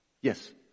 yes